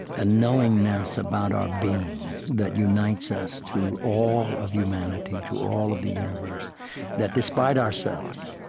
a knowingness about our being that unites us to all of humanity, to all of the universe that despite ourselves,